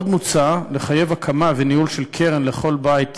עוד מוצע, לחייב הקמה וניהול של קרן לכל בית